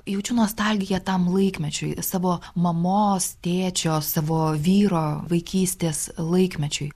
jaučiu nostalgiją tam laikmečiui savo mamos tėčio savo vyro vaikystės laikmečiui